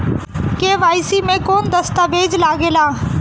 KYC मे कौन दश्तावेज लागेला?